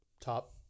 top